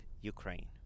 Ukraine